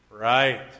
Right